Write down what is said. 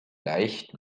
leicht